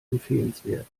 empfehlenswert